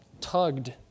tugged